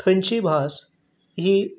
थंयची भास ही